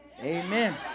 Amen